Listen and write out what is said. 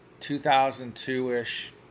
2002-ish